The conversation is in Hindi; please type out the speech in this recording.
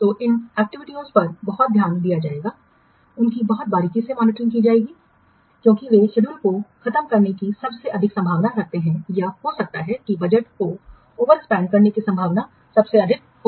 तो इन एक्टिविटीयों पर बहुत ध्यान दिया जाएगा उनकी बहुत बारीकी से मॉनिटरिंग की जानी चाहिए क्योंकि वे शेड्यूल को खत्म करने की सबसे अधिक संभावना रखते हैं या हो सकता है कि बजट को ओवरस्पेंड करने की संभावना सबसे अधिक हो